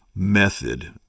Method